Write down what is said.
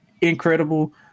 incredible